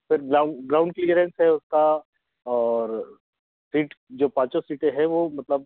sir ground ground clearance है उसका और सीट जो पाँचों सीटें हैं वो मतलब